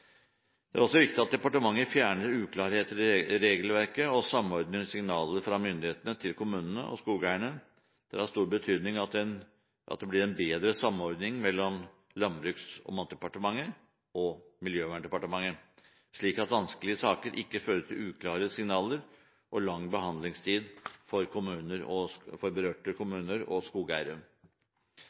Det er også viktig at departementet fjerner uklarheter i regelverket og samordner signalene fra myndighetene til kommunene og skogeierne. Det er av stor betydning at det blir en bedre samordning mellom Landbruks- og matdepartementet og Miljøverndepartementet, slik at vanskelige saker ikke fører til uklare signaler og lang behandlingstid for berørte kommuner og